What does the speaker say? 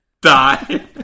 die